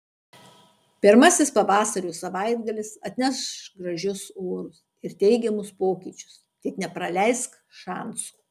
pirmasis pavasario savaitgalis atneš gražius orus ir teigiamus pokyčius tik nepraleisk šanso